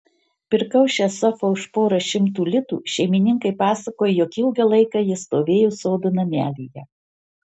pirkau šią sofą už porą šimtų litų šeimininkai pasakojo jog ilgą laiką ji stovėjo sodo namelyje